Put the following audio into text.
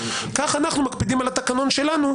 כך אנחנו מקפידים על התקנון שלנו,